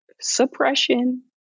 suppression